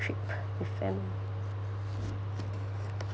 trip with family